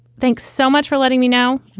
thanks so much for letting me know.